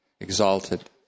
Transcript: exalted